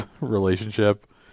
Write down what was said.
relationship